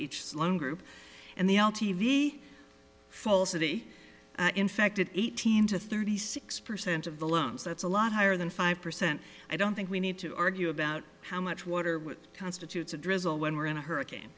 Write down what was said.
each sloan group and the l t v falsity infected eighteen to thirty six percent of the loans that's a lot higher than five percent i don't think we need to argue about how much water what constitutes a drizzle when we're in a hurricane